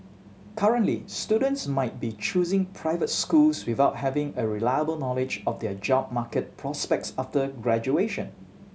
currently students might be choosing private schools without having a reliable knowledge of their job market prospects after graduation